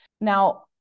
Now